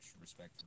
respect